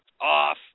off